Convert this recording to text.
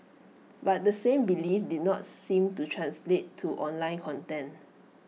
but the same belief did not seem to translate to online content